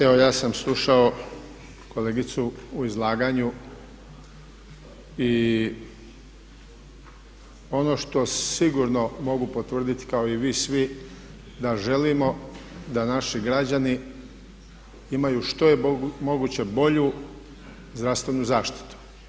Evo ja sam slušao kolegicu u izlaganju i ono što sigurno mogu potvrditi kao i vi svi da želimo da naši građani imaju što je moguće bolju zdravstvenu zaštitu.